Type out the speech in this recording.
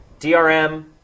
DRM